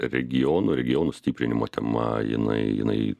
regiono regionų stiprinimo tema jinai jinai